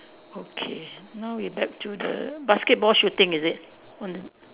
okay now we back to the basketball shooting is it on the